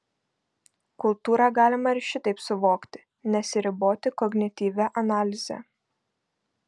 kultūrą galima ir šitaip suvokti nesiriboti kognityvia analize